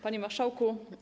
Panie Marszałku!